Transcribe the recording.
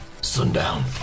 sundown